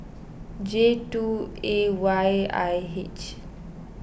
J two A Y I H